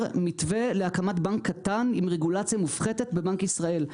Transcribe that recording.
מתווה להקמת בנק קטן עם רגולציה מופחתת בבנק ישראל.